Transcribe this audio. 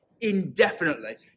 indefinitely